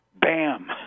bam